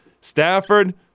Stafford